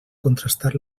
contrastar